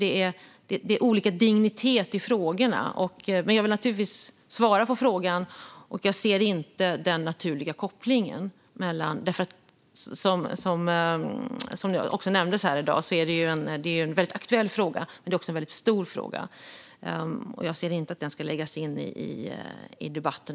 Det är olika dignitet i frågorna. Jag vill naturligtvis svara på frågan. Jag ser inte den naturliga kopplingen. Som nämndes här i dag är det en väldigt aktuell fråga, men det är också en väldigt stor fråga. Jag ser inte att den ska läggas in i debatten.